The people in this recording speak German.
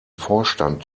vorstand